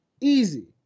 easy